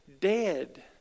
dead